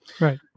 Right